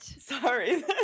sorry